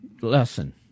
lesson